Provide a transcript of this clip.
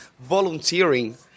volunteering